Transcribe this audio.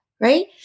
Right